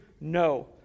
No